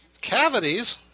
Cavities